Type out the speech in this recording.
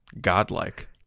Godlike